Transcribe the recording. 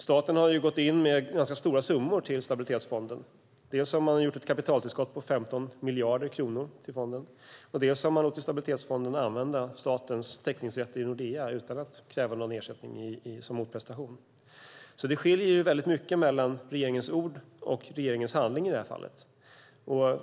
Staten har gått in med ganska stora summor till Stabilitetsfonden. Man har gjort ett kapitaltillskott på 15 miljarder kronor och man har låtit Stabilitetsfonden använda statens teckningsrätt i Nordea utan att kräva någon ersättning som motprestation. Det skiljer mycket mellan regeringens ord och regeringens handling.